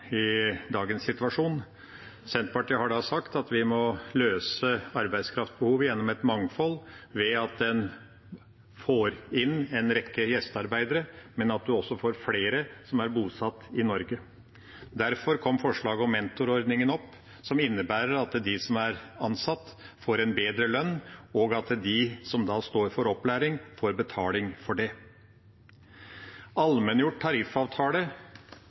i dagens situasjon. Senterpartiet har da sagt at vi må løse arbeidskraftsbehovet gjennom et mangfold, ved at en får inn en rekke gjestearbeidere, men at en også får flere som er bosatt i Norge. Derfor kom forslaget om mentorordningen opp. Det innebærer at de som er ansatt, får en bedre lønn, og at de som står for opplæring, får betaling for det. Ifølge allmenngjort tariffavtale